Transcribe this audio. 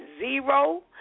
zero